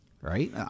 right